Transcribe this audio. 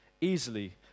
easily